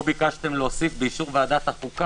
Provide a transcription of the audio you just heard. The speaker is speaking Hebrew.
פה ביקשתם להוסיף: באישור ועדת החוקה.